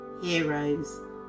heroes